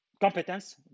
competence